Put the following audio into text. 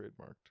trademarked